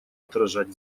отражать